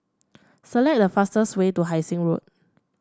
select the fastest way to Hai Sing Road